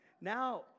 now